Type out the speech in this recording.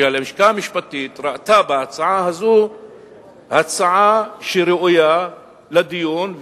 הלשכה המשפטית ראתה בהצעה הזאת הצעה שראויה לדיון,